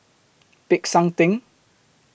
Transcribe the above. Peck San Theng